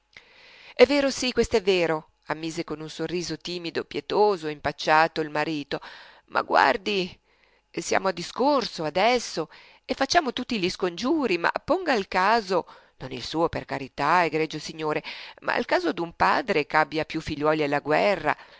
è vero sì quest'è vero ammise con un sorriso timido pietoso e impacciato il marito ma guardi siamo a discorso adesso e facciamo tutti gli scongiuri ma ponga il caso non il suo per carità egregio signore il caso d'un padre ch'abbia più figliuoli alla guerra